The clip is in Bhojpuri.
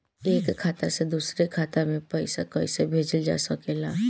एक खाता से दूसरे खाता मे पइसा कईसे भेजल जा सकेला?